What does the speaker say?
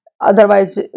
otherwise